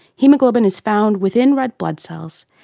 haemoglobin is found within red blood cells,